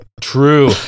True